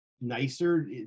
nicer